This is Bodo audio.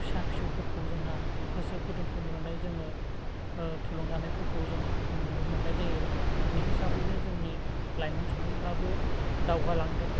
फिसा फिसौफोरखौ जोंहा गोसो गुदुंखौ नुनानै जोङो थुलुंगानायफोरखौ जों नुनो मोननाय जायो बे हिसाबैनो जोंनि लाइमोन सुबुंफोराबो दावगालांदों